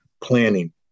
planning